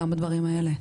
גם בדברים האלה.